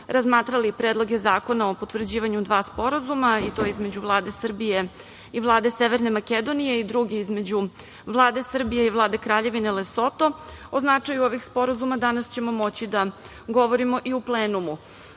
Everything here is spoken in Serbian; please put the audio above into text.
razmatrali predloge zakona o potvrđivanju dva sporazuma i to između Vlade Srbije i Vlade Severne Makedonije i drugi između Vlade Srbije i Vlade Kraljevine Lesoto o značaju ovih sporazuma danas ćemo moći da govorimo i u